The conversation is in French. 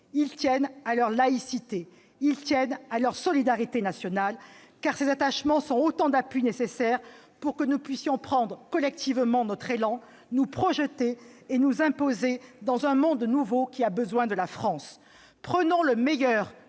ils tiennent à leur souveraineté, à leur laïcité, à leur solidarité nationale, car ces attachements sont autant d'appuis nécessaires pour que nous puissions prendre collectivement notre élan, nous projeter et nous imposer dans un monde nouveau qui a besoin de la France. Prenons le meilleur